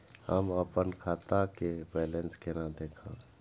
हम अपन खाता के बैलेंस केना देखब?